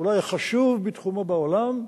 אולי החשוב בתחומו בעולם.